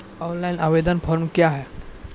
Online आवेदन form क्या हैं?